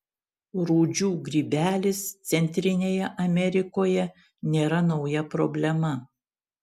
rūdžių grybelis centrinėje amerikoje nėra nauja problema